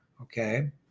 okay